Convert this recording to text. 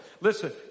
Listen